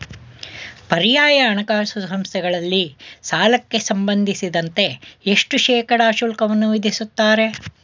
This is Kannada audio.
ಪರ್ಯಾಯ ಹಣಕಾಸು ಸಂಸ್ಥೆಗಳಲ್ಲಿ ಸಾಲಕ್ಕೆ ಸಂಬಂಧಿಸಿದಂತೆ ಎಷ್ಟು ಶೇಕಡಾ ಶುಲ್ಕವನ್ನು ವಿಧಿಸುತ್ತಾರೆ?